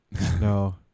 No